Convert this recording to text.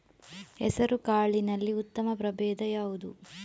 ಹೆಸರುಕಾಳಿನಲ್ಲಿ ಉತ್ತಮ ಪ್ರಭೇಧ ಯಾವುದು?